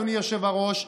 אדוני היושב-ראש,